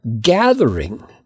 gathering